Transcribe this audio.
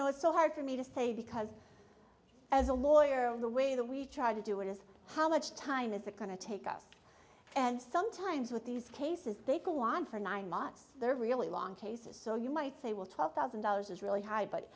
know it's so hard for me to say because as a lawyer the way that we try to do it is how much time is it going to take us and sometimes with these cases they could want for nine months they're really long cases so you might say well twelve thousand dollars is really high but